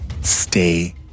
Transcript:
stay